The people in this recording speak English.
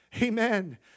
Amen